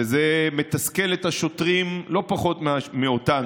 וזה מתסכל את השוטרים לא פחות מאשר אותנו,